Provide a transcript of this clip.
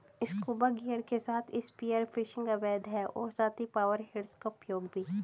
scuba gear के साथ spear fishing अवैध है और साथ ही पावर हेड्स का उपयोग भी